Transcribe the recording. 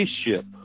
spaceship